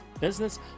business